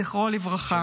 זכרו לברכה.